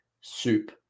Soup